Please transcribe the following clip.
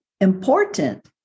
important